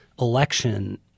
election